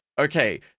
okay